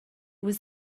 was